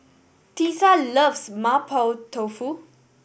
Tisa loves Mapo Tofu